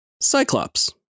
Cyclops